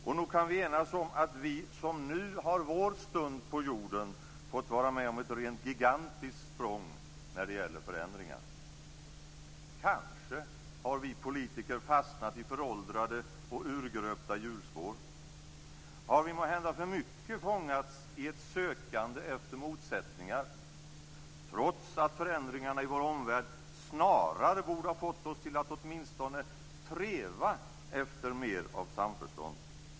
Och nog kan vi enas om att vi som nu har vår stund på jorden har fått vara med om ett rent gigantiskt språng när det gäller förändringar. Kanske har vi politiker fastnat i föråldrade och urgröpta hjulspår. Har vi måhända för mycket fångats i ett sökande efter motsättningar - trots att förändringarna i vår omvärld snarare borde ha fått oss att åtminstone treva efter mer av samförstånd?